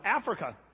Africa